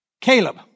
Caleb